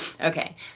Okay